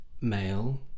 male